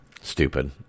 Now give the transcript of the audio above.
stupid